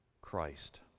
Christ